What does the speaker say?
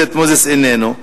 איננו,